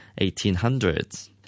1800s